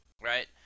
right